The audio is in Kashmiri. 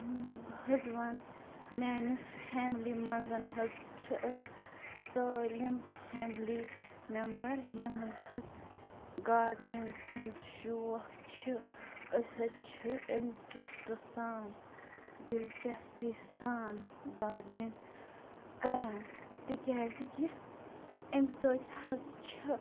بہٕ حظ وَن میٛانہِ فیملی منٛز حظ چھِ أسۍ سٲلِم فیملی مٮ۪مبر یِمَن حظ گاڈنِنٛگ ہُنٛد شوق چھِ أسۍ حظ چھِ اِنٛٹرٛسٹ سان دِلچسپی سان گاڈنِنٛگ کَران تِکیٛازِ کہِ اَمہِ سۭتۍ حظ چھِ